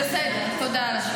בסדר, תודה.